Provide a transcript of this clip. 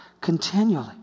continually